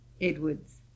Edwards